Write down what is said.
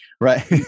Right